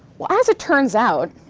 well, as it turns out,